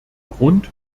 grund